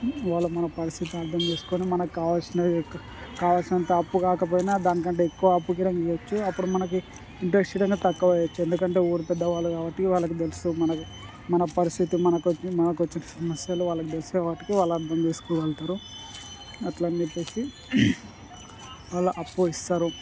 వాళ్ళు మన పరిస్థితి అర్థం చేసుకొని మనకు కావాల్సింది కావలసినంత అప్పు కాకపోయినా దానికంటే ఎక్కువ అప్పు గినంగా ఇవ్వొచ్చు అప్పుడు మనకి ఇంట్రెస్ట్ విధంగా తక్కువ ఇవ్వొచ్చు ఎందుకంటే ఊరు పెద్దవాళ్ళు కాబట్టి వాళ్ళకు తెలుసు మనకు మన పరిస్థితి మనకి వచ్చే మనకకి వచ్చే నష్టాలు వాళ్ళకి తెలుస్తాయి కాబట్టి వాళ్ళ అర్థం చేసుకోగలుగుతారు అట్లని చెప్పేసి వాళ్ళు అప్పు ఇస్తారు